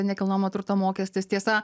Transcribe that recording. nekilnojamo turto mokestis tiesa